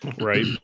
right